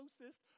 closest